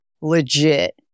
legit